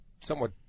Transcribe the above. somewhat